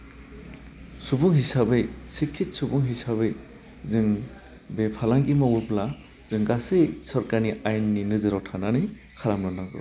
सुबुं हिसाबै सिकिद सुबुं हिसाबै जों बे फालांगि मावोब्ला जों गासै सरकारनि आयेननि नोजोराव थानानै खालामनो नांगौ